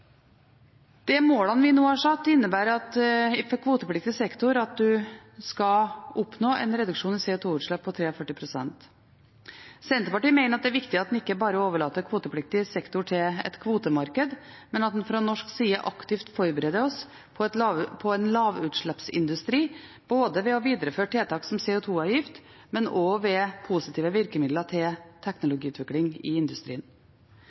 De målene vi nå har satt for kvotepliktig sektor, innebærer at en skal oppnå en reduksjon i CO2-utslipp på 43 pst. Senterpartiet mener at det er viktig at en ikke bare overlater kvotepliktig sektor til et kvotemarked, men at vi fra norsk side aktivt forbereder oss på lavutslippsindustri ved å videreføre tiltak som CO2-avgift, men også ved positive virkemidler til teknologiutvikling i industrien.